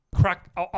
crack